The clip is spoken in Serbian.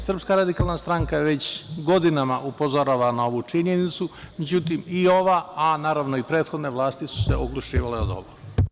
Srpska radikalna stranka već godinama upozorava na ovu činjenicu, međutim i ova, a naravno i prethodne vlasti su se oglušivale od ovo.